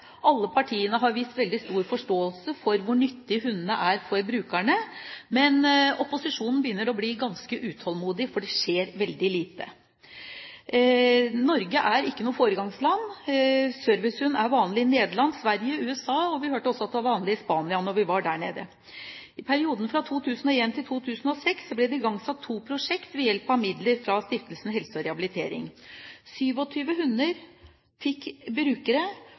alle partiene har vist veldig stor forståelse for hvor nyttige hundene er for brukerne, men opposisjonen begynner å bli ganske utålmodig, for det skjer veldig lite. Norge er ikke noe foregangsland. Servicehund er vanlig i Nederland, Sverige, USA, og vi hørte også, da vi var der nede, at det var vanlig i Spania. I perioden 2001–2006 ble det igangsatt to prosjekter ved hjelp av midler fra stiftelsen Helse og Rehabilitering. 27 hunder fikk brukere,